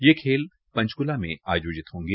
ये खेल पंचकूला मे आयोजित होंगे